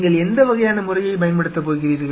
நீங்கள் எந்த வகையான முறையைப் பயன்படுத்தப் போகிறீர்கள்